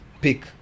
pick